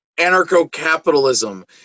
Anarcho-capitalism